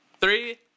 Three